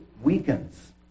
weakens